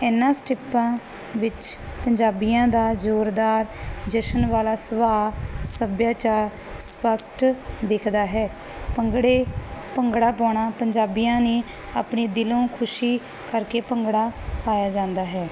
ਇਨਾ ਸਟੈਪਾਂ ਵਿੱਚ ਪੰਜਾਬੀਆਂ ਦਾ ਜ਼ੋਰਦਾਰ ਜਸ਼ਨ ਵਾਲਾ ਸੁਭਾਅ ਸੱਭਿਆਚਾਰ ਸਪਸ਼ਟ ਦਿਖਦਾ ਹੈ ਭੰਗੜੇ ਭੰਗੜਾ ਪਾਉਣਾ ਪੰਜਾਬੀਆਂ ਨੇ ਆਪਣੀ ਦਿਲੋਂ ਖੁਸ਼ੀ ਕਰਕੇ ਭੰਗੜਾ ਪਾਇਆ ਜਾਂਦਾ ਹੈ